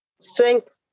strength